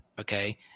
okay